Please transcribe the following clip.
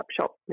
shop